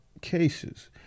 cases